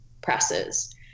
presses